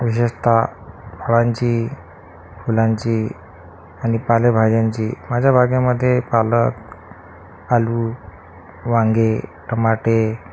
विशेषतः फळांची फुलांची आणि पालेभाज्यांची माझ्या बागेमध्ये पालक आलू वांगे टमाटे